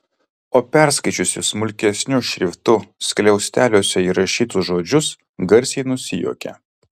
o perskaičiusi smulkesniu šriftu skliausteliuose įrašytus žodžius garsiai nusijuokė